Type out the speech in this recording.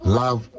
love